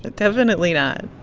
definitely not